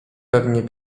pewnie